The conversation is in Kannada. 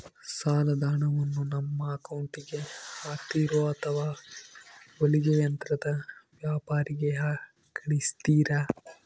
ಸಾಲದ ಹಣವನ್ನು ನಮ್ಮ ಅಕೌಂಟಿಗೆ ಹಾಕ್ತಿರೋ ಅಥವಾ ಹೊಲಿಗೆ ಯಂತ್ರದ ವ್ಯಾಪಾರಿಗೆ ಕಳಿಸ್ತಿರಾ?